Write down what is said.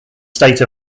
state